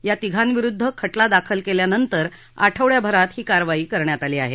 या तिघांविरुद्ध खटला दाखल केल्यानंतर आठवडाभरात ही कारवाई करण्यात आली आहे